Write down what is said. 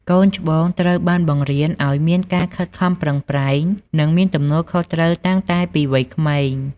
កូនច្បងត្រូវបានបង្រៀនឲ្យមានការខិតខំប្រឹងប្រែង និងមានទំនួលខុសត្រូវតាំងតែពីវ័យក្មេង។